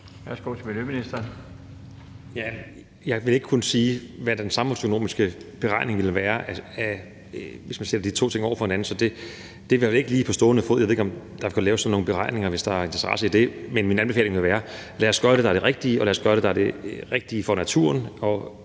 (Magnus Heunicke): Jeg vil ikke kunne sige, hvad den samfundsøkonomiske beregning ville være, hvis man sætter de to ting over for hinanden, i hvert fald ikke lige på stående fod. Jeg ved ikke, om der vil kunne laves sådan nogle beregninger, hvis der er interesse for det. Men min anbefaling vil være: Lad os gøre det, der er det rigtige, og lad os gøre det, der er det rigtige for naturen.